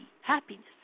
happiness